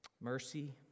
mercy